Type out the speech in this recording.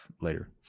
later